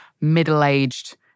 middle-aged